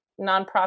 nonprofit